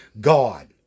God